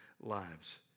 lives